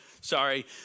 Sorry